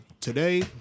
Today